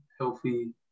healthy